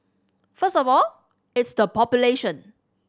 first of all it's the population